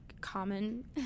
common